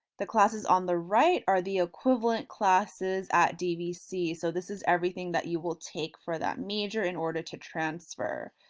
the classes on the right are the equivalent classes at dvc so this is everything that you will take for that major in order to transfer.